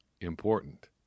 important